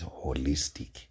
holistic